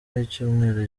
w’icyumweru